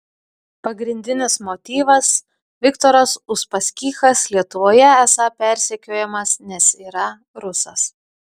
pagrindinis motyvas viktoras uspaskichas lietuvoje esą persekiojamas nes yra rusas